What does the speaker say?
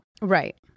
Right